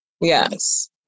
Yes